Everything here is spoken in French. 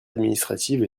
administratives